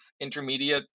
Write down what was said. intermediate